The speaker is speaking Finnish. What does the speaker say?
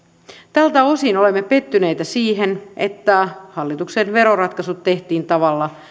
tältä osin olemme pettyneitä siihen että hallituksen veroratkaisut tehtiin tavalla